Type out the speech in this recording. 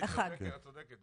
את צודקת,